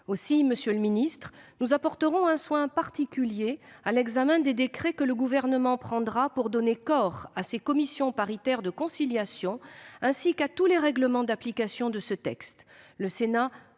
Aussi, monsieur le ministre, nous apporterons un soin particulier à l'examen des décrets que le Gouvernement prendra pour donner corps aux commissions paritaires de conciliation ainsi qu'à tous les règlements d'application de ce texte.